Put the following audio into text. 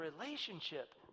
relationship